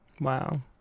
wow